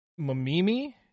Mamimi